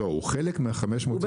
לא, הוא חלק מ-525.